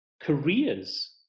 careers